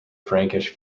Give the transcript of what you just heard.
frankish